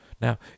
Now